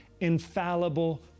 infallible